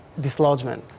dislodgement